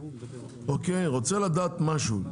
הוא רוצה לדעת משהו,